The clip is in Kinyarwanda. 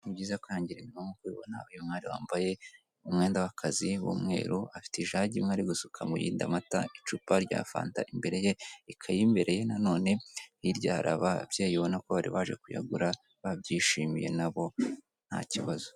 Ni byiza kwihangira imirimo nk'uko ubibona uyu mwari wambaye umwenda w'akazi w'umweru, afite ijage imwe ari gusuka mu yindi amata, icupa rya fanta imbere ye, ikayi imbere ye nanone hirya hari ababyeyi ubona ko bari baje kuyagura babyishimiye nabo ntakibazo.